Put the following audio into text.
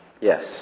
Yes